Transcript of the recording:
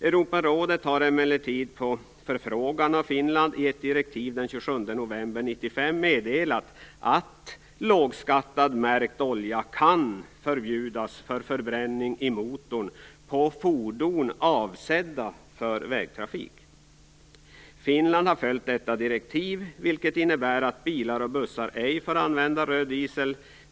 Europarådet har emellertid, på en finsk förfrågan, i ett direktiv av den 27 november 1995 meddelat att lågskattad märkt olja kan förbjudas för förbränning i motorer på fordon avsedda för vägtrafik. Finland har följt detta direktiv, vilket innebär att bilar och bussar ej får använda röd diesel.